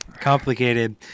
Complicated